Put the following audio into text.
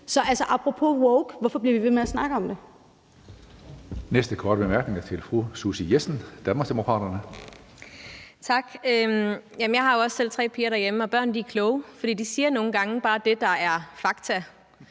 Så apropos woke: Hvorfor bliver vi ved med at snakke om det?